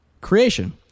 creation